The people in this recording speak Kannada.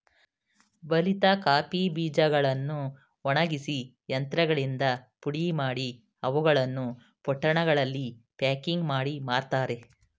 ಬಲಿತ ಕಾಫಿ ಬೀಜಗಳನ್ನು ಒಣಗಿಸಿ ಯಂತ್ರಗಳಿಂದ ಪುಡಿಮಾಡಿ, ಅವುಗಳನ್ನು ಪೊಟ್ಟಣಗಳಲ್ಲಿ ಪ್ಯಾಕಿಂಗ್ ಮಾಡಿ ಮಾರ್ತರೆ